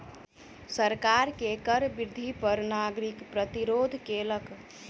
सरकार के कर वृद्धि पर नागरिक प्रतिरोध केलक